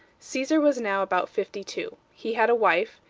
caesar was now about fifty-two. he had a wife,